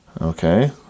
Okay